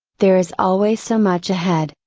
there is always so much ahead,